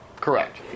Correct